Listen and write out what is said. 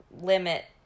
limit